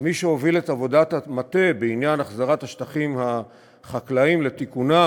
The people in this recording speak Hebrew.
מי שהוביל את עבודת המטה בעניין החזרת השטחים החקלאיים לתיקונם,